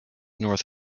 north